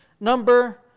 number